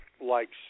likes